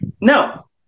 No